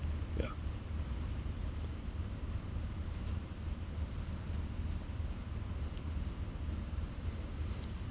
yeah